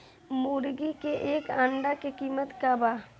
मुर्गी के एक अंडा के कीमत का बा?